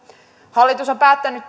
hallitus on päättänyt